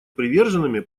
приверженными